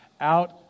out